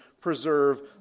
preserve